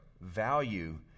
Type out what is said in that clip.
value